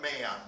man